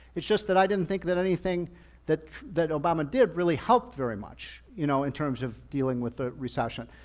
it's just that i didn't think that anything that that obama did really helped very much, you know in terms of dealing with the recession.